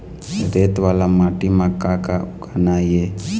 रेत वाला माटी म का का उगाना ये?